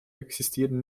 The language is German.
existieren